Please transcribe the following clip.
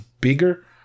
bigger